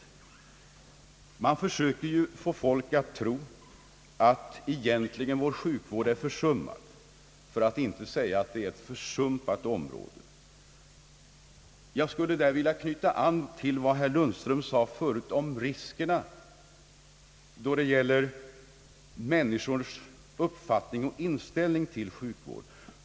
Folkpartiet försöker ju få människor att tro att vår sjukvård egentligen är ett försummat för att inte säga ett försumpat område. Jag skulle här vilja knyta an till vad herr Lundström förut sade om riskerna då det gäller människors uppfattning om och inställning till sjukvård.